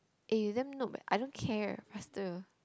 eh you damn noob eh I don't care faster